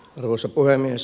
arvoisa puhemies